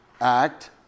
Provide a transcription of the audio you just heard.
act